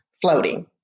floating